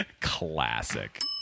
Classic